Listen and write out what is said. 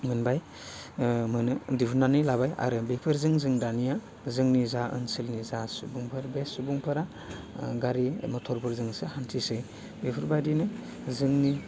मोनबाय ओह मोनो दिहुननानै लाबाय आरो बेफोरजों जों दानिया जोंनि जा ओनसोलनि जा सुबुंफोर बे सुबुंफोरा गारि मथरफोरजोंसो हान्थिसै बेफोबायदिनो जोंनि